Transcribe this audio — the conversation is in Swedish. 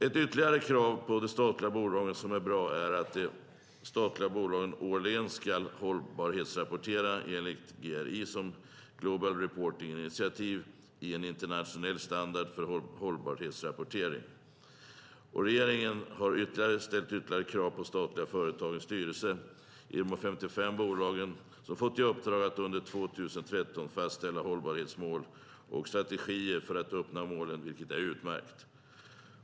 Ett ytterligare krav på de statliga företagen som är bra är att de årligen ska hållbarhetsrapportera enligt GRI, global reporting initiative, som är en internationell standard för hållbarhetsrapportering. Regeringen har ställt ytterligare krav på styrelserna i de 55 statliga företagen. De har fått i uppdrag att under 2013 fastställa hållbarhetsmål och strategier för att uppnå målen, vilket är utmärkt.